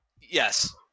Yes